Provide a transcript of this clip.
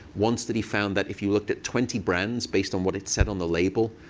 one study found that if you looked at twenty brands, based on what it said on the label,